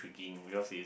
in is